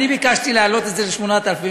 אני ביקשתי להעלות את זה ל-8,000.